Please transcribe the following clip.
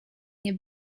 nie